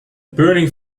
burning